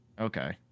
Okay